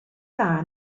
dda